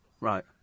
Right